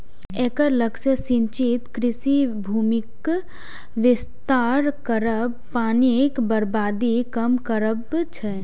एकर लक्ष्य सिंचित कृषि भूमिक विस्तार करब, पानिक बर्बादी कम करब छै